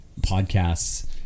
podcasts